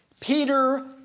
Peter